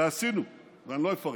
ועשינו, ואני לא אפרט.